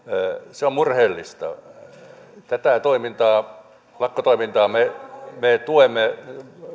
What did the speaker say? se on murheellista tätä toimintaa lakkotoimintaa me me tuemme